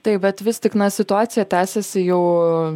taip bet vis tik na situacija tęsiasi jau